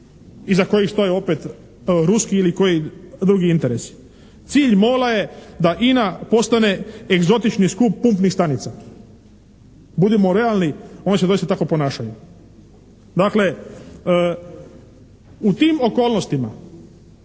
iza kojih stoje opet ruski ili koji drugi interesi. Cilj MOL-a je da INA postane egzotični skup pumpnih stanica. Budimo realni, oni se doista tako ponašaju. Dakle, u tim okolnostima